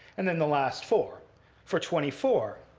and then the last four for twenty four.